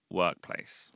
workplace